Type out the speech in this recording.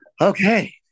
Okay